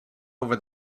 over